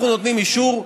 אנחנו נותנים אישור,